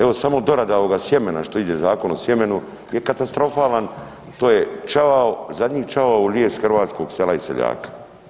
Evo samo dorada ovoga sjemena što ide Zakon o sjemenu je katastrofalan, to je čavao, zadnji čavao u lijes hrvatskog sela i seljaka.